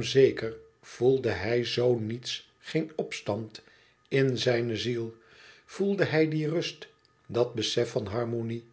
zeker voelde hij zoo niets geen opstand in zijne ziel voelde hij die rust dat besef van harmonie